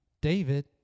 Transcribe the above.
David